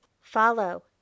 Follow